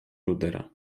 rudera